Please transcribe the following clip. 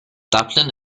dublin